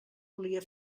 volia